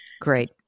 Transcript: Great